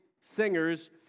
singers